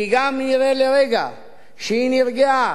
כי גם אם נראה לרגע שהיא נרגעה,